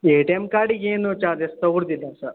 A T M ಕಾರ್ಡಿಗೇನೂ charges ತಗೊಳುದಿಲ್ಲ sir